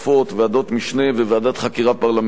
ועדות משנה וועדת חקירה פרלמנטרית,